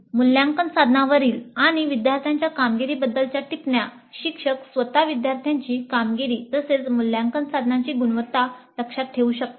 मूल्यांकन साधनांवरील आणि विद्यार्थ्यांच्या कामगिरीबद्दलच्या टिप्पण्या शिक्षक स्वत विद्यार्थ्यांची कामगिरी तसेच मूल्यांकन साधनांची गुणवत्ता लक्षात ठेवू शकतात